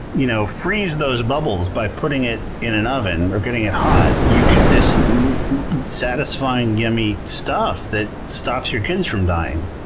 you know freeze those bubbles by putting it in an oven or getting it hot, you get this satisfying, yummy stuff that stops your kids from dying.